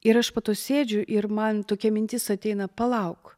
ir aš po to sėdžiu ir man tokia mintis ateina palauk